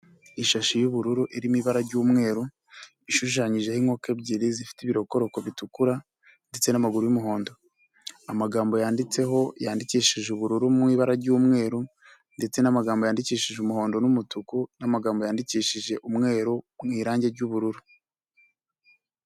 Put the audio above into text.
Ishashi y'ubururu irimo ibara ry'umweru, ishushanyijeho inkoko ebyiri zifite ibirokoroko bitukura ndetse n'amaguru y'umuhondo, amagambo yanditseho yandikishije ubururu mu ibara ry'umweru ndetse n'amagambo yandikishije umuhondo n'umutuku n'amagambo yandikishije umweru mu irangi ry'ubururu.